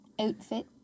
Outfit